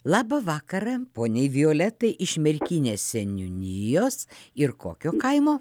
labą vakarą poniai violetai iš merkinės seniūnijos ir kokio kaimo